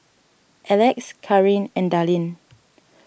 Elex Kareen and Dallin